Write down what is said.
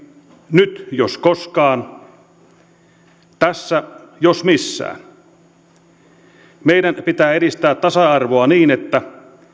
nyt jos koskaan tässä jos missään meidän pitää edistää tasa arvoa niin että